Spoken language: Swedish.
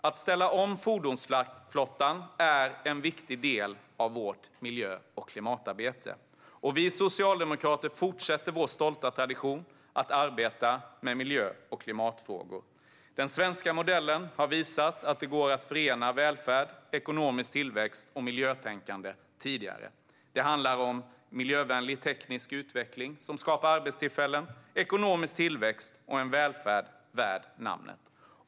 Att ställa om fordonsflottan är en viktig del av vårt miljö och klimatarbete. Vi socialdemokrater fortsätter vår stolta tradition när det gäller att arbeta med miljö och klimatfrågor. Den svenska modellen har visat att det går att förena välfärd, ekonomisk tillväxt och miljötänkande tidigare. Det handlar om miljövänlig teknisk utveckling, som skapar arbetstillfällen, ekonomisk tillväxt och en välfärd värd namnet.